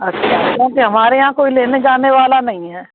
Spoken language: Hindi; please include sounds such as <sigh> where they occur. <unintelligible> हमारे यहाँ कोई लेने जाने वाला नहीं हैं